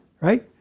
right